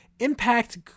Impact